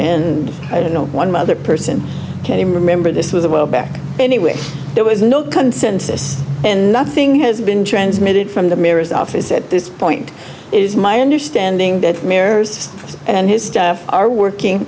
and i don't know one mother person can remember this was a while back anyway there was no consensus and nothing has been transmitted from the mirror's office at this point is my understanding that mare's and his staff are working